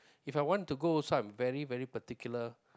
If I want to go also I'm very very particular